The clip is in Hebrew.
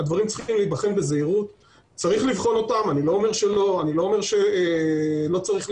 אני לא יודע אם עוסקים